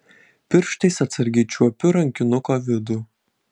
pirštais atsargiai čiuopiu rankinuko vidų